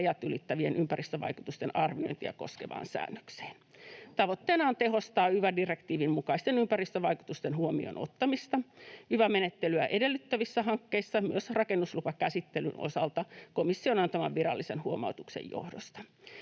rajat ylittävien ympäristövaikutusten arviointia koskevaan säännökseen. Tavoitteena on tehostaa yva-direktiivin mukaisten ympäristövaikutusten huomioon ottamista yva-menettelyä edellyttävissä hankkeissa myös rakennuslupakäsittelyn osalta komission antaman virallisen huomautuksen johdosta.